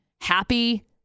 happy